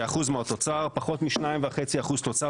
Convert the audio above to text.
כ-1% מהתוצר, פחות מ-2.5% תוצר.